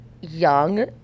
young